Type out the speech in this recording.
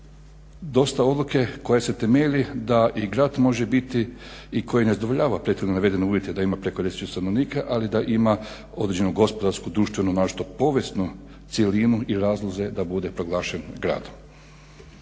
dosta odluke koje se temelji da i grad može biti i koji ne zadovoljava prethodno navedene uvjete da ima preko 10000 stanovnika, ali da ima određenu gospodarsku, društvenu, naročito povijesnu cjelinu i razloge da bude proglašen gradom.